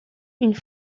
une